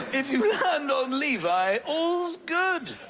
if you land on levi, all's good!